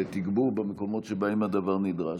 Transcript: ותגבור במקומות שבהם הדבר נדרש,